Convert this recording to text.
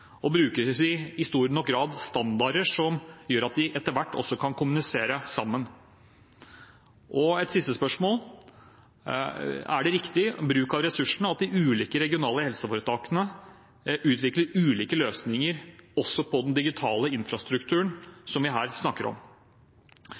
i stor nok grad standarder som gjør at de etter hvert også kan kommunisere sammen? Et siste spørsmål: Er det riktig bruk av ressursene at de ulike regionale helseforetakene utvikler ulike løsninger også i den digitale infrastrukturen